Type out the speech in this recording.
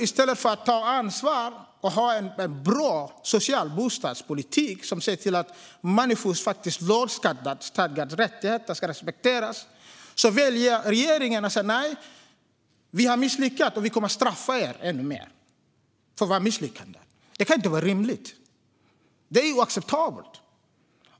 I stället för att ta ansvar och ha en bra social bostadspolitik, som ser till att människors lagstadgade rättigheter respekteras, väljer regeringen att säga: Nej, vi har misslyckats, och vi kommer att straffa er ännu mer för vårt misslyckande. Det kan inte vara rimligt. Det är oacceptabelt.